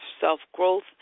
self-growth